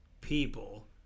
people